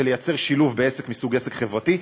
וליצור שילוב בעסק מסוג עסק חברתי,